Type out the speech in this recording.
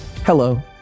hello